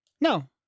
No